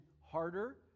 harder